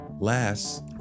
Last